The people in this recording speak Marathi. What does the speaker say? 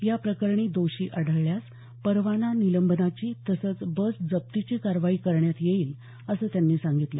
या प्रकरणी दोषी आढळल्यास परवाना निलंबनाची तसंच बस जप्तीची कारवाई करण्यात येईल असं त्यांनी सांगितलं